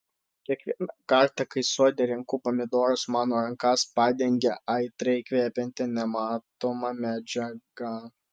kiekvieną kartą kai sode renku pomidorus mano rankas padengia aitriai kvepianti nematoma medžiaga